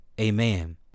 Amen